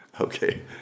Okay